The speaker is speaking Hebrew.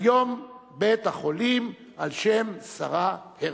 כיום בית-החולים על שם שרה הרצוג.